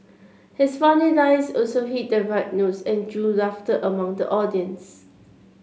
his funny lines also hit the right notes and drew laughter among the audience